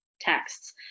texts